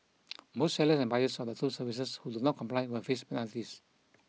both sellers and buyers of the two services who do not comply will face penalties